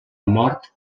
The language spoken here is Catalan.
mort